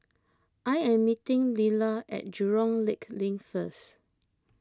I am meeting Leala at Jurong Lake Link first